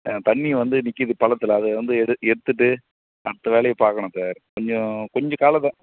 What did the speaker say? ஆ தண்ணி வந்து நிற்கிது பள்ளத்தில் அது வந்து எடு எடுத்துவிட்டு மற்ற வேலையை பார்க்கணும் சார் கொஞ்சம் கொஞ்சம் கால அவ